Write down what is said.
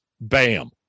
bam